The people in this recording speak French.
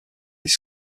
high